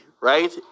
right